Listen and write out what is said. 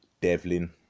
Devlin